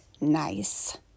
nice